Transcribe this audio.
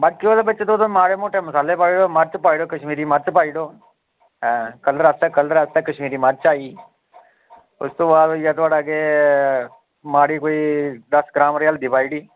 बाकी ओह्दे बिच तुस थोह्ड़े माड़े मुट्टे मसाले पाई सकदे ओ मर्च पाई ओड़ओ कश्मीरी मर्च पाई ओड़यो कलर आस्तै कलर आस्तै कश्मीरी मर्च आई उस तों बाद होइया थोह्ड़ा केह् माड़ी कोई दस्स ग्राम हल्दी पाई ओड़ी